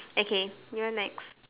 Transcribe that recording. okay you're next